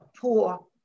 poor